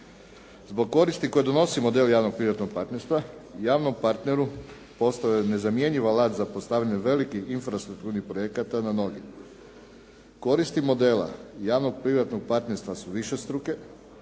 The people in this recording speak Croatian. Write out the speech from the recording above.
Zbog koristi koje donosi model javno-privatnog partnerstva javnom partneru postao je nezamjenjiv alat za postavljanje velikih infrastrukturnih projekata … /Govornik se ne razumije./ … Koristi modela javno-privatnog partnerstva su višestruke,